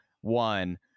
one